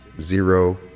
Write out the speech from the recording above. zero